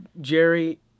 Jerry